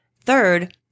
Third